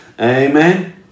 amen